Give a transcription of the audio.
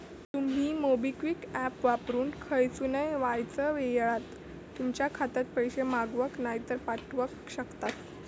तुमी MobiKwik app वापरून खयसूनय वायच येळात तुमच्या खात्यात पैशे मागवक नायतर पाठवक शकतास